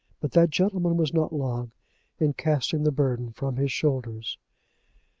but that gentleman was not long in casting the burden from his shoulders.